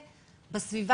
מתוך הבנה